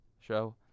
show